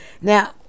Now